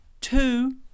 two